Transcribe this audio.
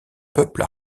peuple